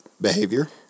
behavior